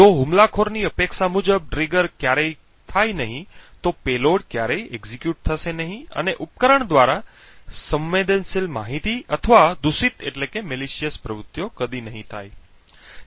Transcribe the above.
જો હુમલાખોરની અપેક્ષા મુજબ ટ્રિગર ક્યારેય નહીં થાય તો પેલોડ ક્યારેય execute થશે નહીં અને ઉપકરણ દ્વારા સંવેદનશીલ માહિતી અથવા દૂષિત પ્રવૃત્તિઓ કદી નહીં થાય